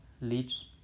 leads